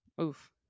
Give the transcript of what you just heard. Oof